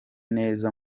neza